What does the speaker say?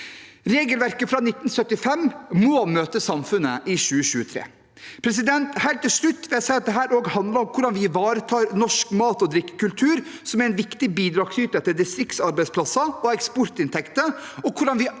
Regelverket fra 1975 må møte samfunnet i 2023. Helt til slutt vil jeg si at dette også handler om hvordan vi ivaretar norsk mat- og drikkekultur som en viktig bidragsyter til distriktsarbeidsplasser og eksportinntekter,